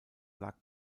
lag